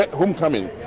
homecoming